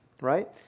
Right